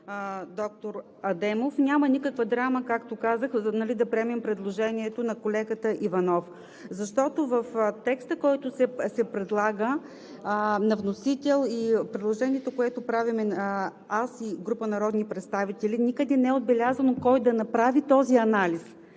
доктор Адемов! Няма никаква драма, както казах, да приемем предложението на колегата Иванов. В текста, който се предлага на вносител и предложението, което правим аз и група народни представители, никъде не е отбелязано кой да направи този анализ.